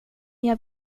jag